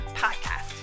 Podcast